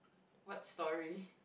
what story